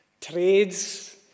trades